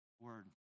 word